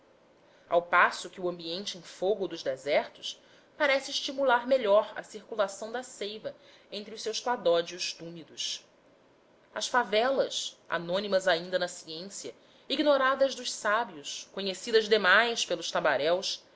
ao passo que o ambiente em fogo dos desertos parece estimular melhor a circulação da seiva entre os seus cladódios túmidos as favelas anônimas ainda na ciência ignoradas dos sábios conhecidas demais pelos tabaréus